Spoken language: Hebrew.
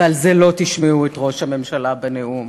ועל זה לא תשמעו מראש הממשלה בנאום,